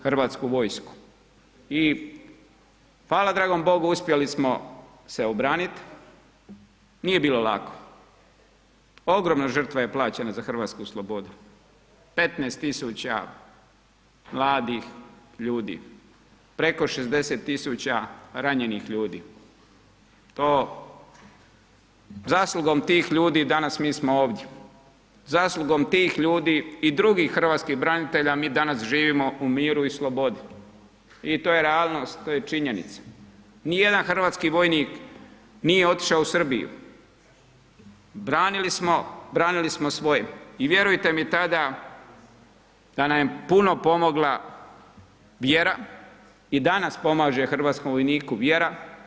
HV i fala dragom Bogu uspjeli smo se obranit, nije bilo lako, ogromna žrtva je plaćena za hrvatsku slobodu, 15 000 mladih ljudi, preko 60 000 ranjenih ljudi, to zaslugom tih ljudi danas mi smo ovdje, zaslugom tih ljudi i drugih hrvatskih branitelja mi danas živimo u miru i slobodi i to je realnost, to je činjenica, nijedan hrvatski vojnik nije otišao u Srbiju, branili smo, branili smo svoje i vjerujte mi tada da nam je puno pomogla vjera i danas pomaže hrvatskom vojniku vjera.